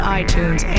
iTunes